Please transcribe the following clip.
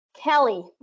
Kelly